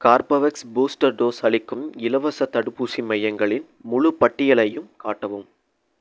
Corbevax booster dose அளிக்கும் இலவசத் தடுப்பூசி மையங்களின் முழுப் பட்டியலையும் காட்டவும்